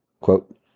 Quote